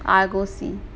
I'll go see